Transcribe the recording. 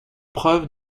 preuve